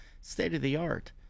state-of-the-art